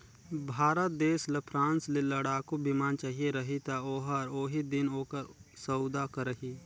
भारत देस ल फ्रांस ले लड़ाकू बिमान चाहिए रही ता ओहर ओही दिन ओकर सउदा करही